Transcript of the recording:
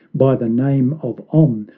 by the name of om,